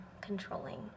controlling